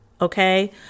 Okay